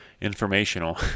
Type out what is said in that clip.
Informational